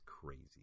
crazy